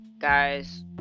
guys